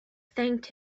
thanked